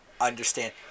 understand